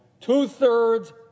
two-thirds